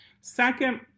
Second